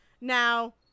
now